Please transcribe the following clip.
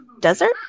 desert